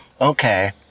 okay